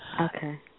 Okay